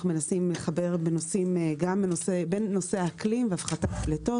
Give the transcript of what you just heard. אנחנו מנסים לחבר גם בין נושאי האקלים והפחתת פליטות,